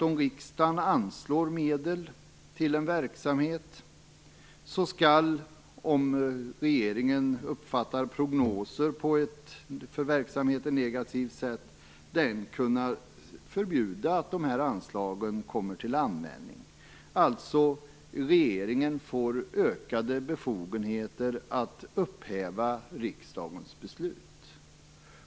Om riksdagen anslår medel till en verksamhet skall regeringen alltså, om man uppfattar prognoser på ett för verksamheten negativt sätt, kunna förbjuda att anslagen kommer till användning. Regeringen får alltså ökade befogenheter att upphäva riksdagens beslut.